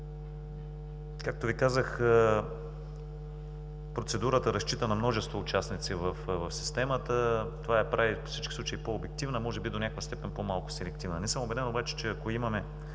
Както Ви казах процедурата разчита на множество участници в системата. Това я прави във всички случаи по-обективна, може би до някаква степен по-малко селективна. Не съм убеден обаче, че ако имаме